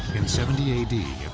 in seventy a d,